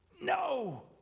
no